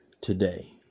today